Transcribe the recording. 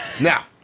now